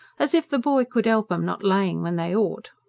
as if the boy could help em not laying when they ought!